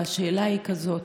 והשאלה היא כזאת: